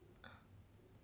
ah